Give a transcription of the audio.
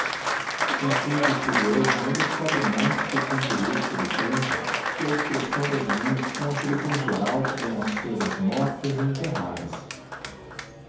um simples curioso não descobre mais que o pinturesco do tempo e a expressão das linhas com aquele tom geral que dão as cousas mortas e enterradas